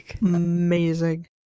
amazing